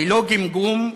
ללא גמגום,